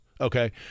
Okay